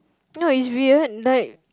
no it's weird like